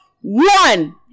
One